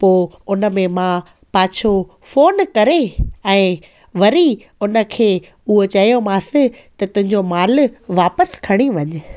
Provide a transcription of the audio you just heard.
पोइ उन में मां पाछो फोन करे ऐं वरी उन खे उहो चयोमांसि त तुंहिंजो माल वापसि खणी वञु